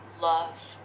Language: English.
love